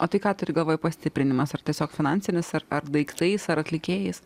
o tai ką turiu galvoj pastiprinimas ar tiesiog finansinis ar ar daiktais ar atlikėjais